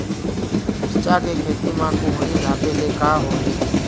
मिरचा के खेती म कुहड़ी ढापे ले का होही?